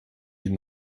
die